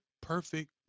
perfect